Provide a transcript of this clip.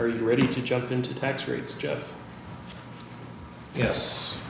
are you ready to jump into tax rates jeff yes